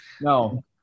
No